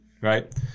right